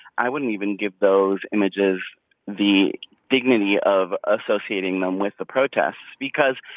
i wouldn't even give those images the dignity of associating them with the protests because.